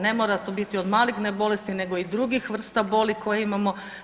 Ne mora to biti od maligne bolesti, nego i drugih vrsta boli koje imamo.